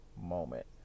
moment